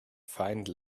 find